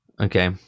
Okay